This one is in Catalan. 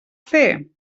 fer